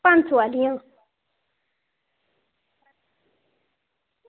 पंज सौ आह्लियां